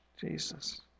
Jesus